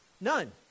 None